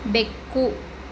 ಬೆಕ್ಕು